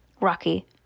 Rocky